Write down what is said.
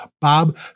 Bob